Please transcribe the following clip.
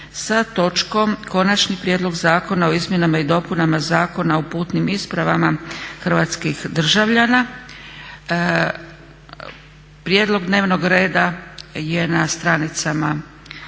sa točkom konačni prijedlog Zakona o izmjenama i dopunama Zakona o putnim ispravama hrvatskih državljana. Prijedlog dnevnog reda je na stranicama Hrvatskoga